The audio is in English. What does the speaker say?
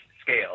scale